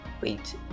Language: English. Wait